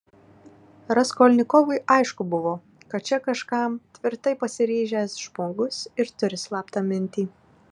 raskolnikovui aišku buvo kad čia kažkam tvirtai pasiryžęs žmogus ir turi slaptą mintį